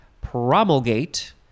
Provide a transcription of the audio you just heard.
Promulgate